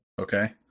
Okay